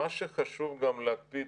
מה שחשוב גם להקפיד,